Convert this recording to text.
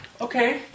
Okay